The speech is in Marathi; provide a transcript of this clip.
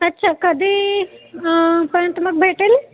अच्छा कधी पर्यंत मग भेटेल